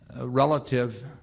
relative